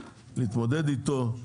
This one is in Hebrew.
להתמודד איתו,